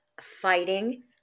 fighting